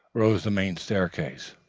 rose the main staircase,